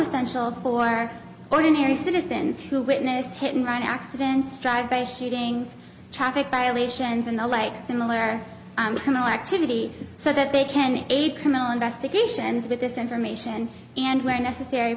essential for our ordinary citizens who witness hit and run accidents drive bay shootings traffic violations and the like similar criminal activity so that they can aid criminal investigations with this information and where necessary